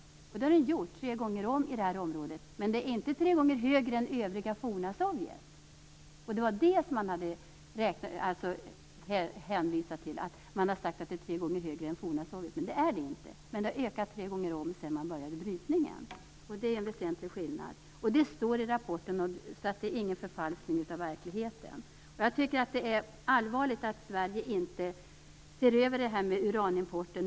Så är det i detta område, men antalet cancerfall är inte tre gånger högre än i övriga forna Sovjet. Det var det som man hänvisade till. Man har sagt att talen är tre gånger högre än i forna Sovjet, men så är det inte. Antalet cancerfall har blivit tre gånger större sedan brytningen påbörjades. Det är en väsentlig skillnad. Det står i rapporten. Det är ingen förfalskning av verkligheten. Jag tycker att det är allvarligt att Sverige inte ser över uranimporten.